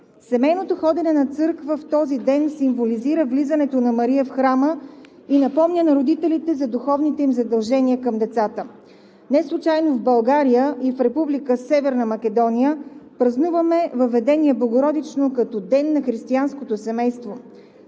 Семейното ходене на църква в този ден символизира влизането на Мария в храма и напомня на родителите за духовните им задължения към децата. Неслучайно в България и в Република Северна Македония празнуваме Въведение Богородично като Ден на християнското семейство.